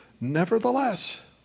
Nevertheless